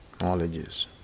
knowledges